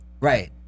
Right